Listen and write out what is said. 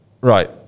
Right